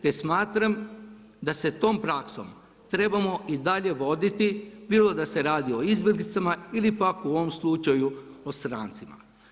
Te smatram da se tom praksom trebamo i dalje voditi bilo da se radi o izbjeglicama ili pak u ovom slučaju o strancima.